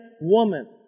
woman